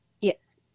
Yes